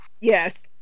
Yes